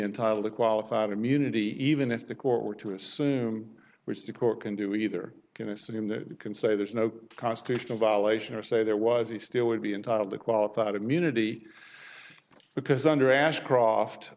entitled to qualified immunity even if the court were to assume which the court can do either can assume that you can say there's no constitutional violation or say there was he still would be entitled to qualified immunity because under ashcroft